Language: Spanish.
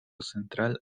central